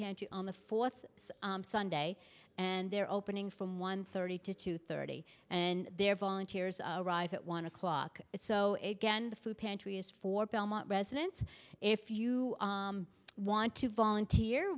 pantry on the fourth sunday and they're opening from one thirty to two thirty and they're volunteers arrive at one o'clock so again the food pantry is for belmont residents if you want to volunteer